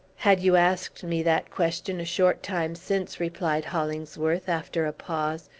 had you asked me that question a short time since, replied hollingsworth, after a pause,